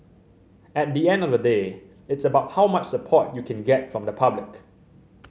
at the end of the day it's about how much support you can get from the public